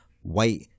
white